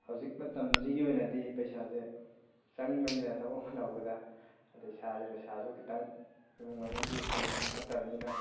ꯍꯧꯖꯤꯛ ꯃꯇꯝꯁꯤꯒꯤ ꯑꯣꯏꯅꯗꯤ ꯄꯩꯁꯥꯁꯦ ꯆꯪꯕꯅꯤꯅ ꯊꯕꯛ ꯑꯃ ꯇꯧꯕꯗ ꯑꯗꯣ ꯏꯁꯥꯁꯨ ꯄꯩꯁꯥꯁꯨ ꯈꯤꯇꯪ ꯏꯃꯨꯡ ꯃꯅꯨꯡꯒꯤ ꯀꯟꯗꯤꯁꯟ ꯐꯠꯇꯕꯅꯤꯅ